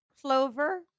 clover